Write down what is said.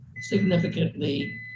significantly